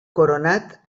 coronat